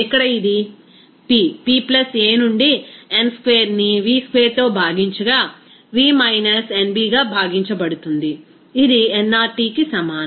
ఇక్కడ ఇది p P a నుండి n స్క్వేర్ని V స్క్వేర్తో భాగించగా V మైనస్ nb గా భాగించబడుతుంది అది nRTకి సమానం